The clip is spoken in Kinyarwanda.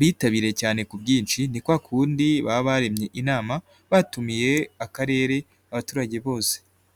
Bitabiriye cyane ku bwinshi ni kwa kundi baba baremye inama batumiye akarere abaturage bose.